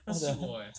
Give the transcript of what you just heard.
ya sia